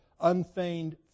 unfeigned